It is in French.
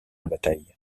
bataille